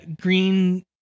green